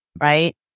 Right